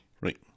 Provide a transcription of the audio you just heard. Right